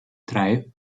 drei